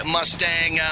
Mustang